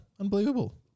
Unbelievable